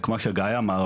כמו שגיא אמר,